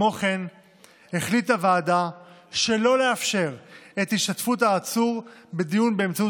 כמו כן החליטה הוועדה שלא לאפשר את השתתפות העצור בדיון באמצעות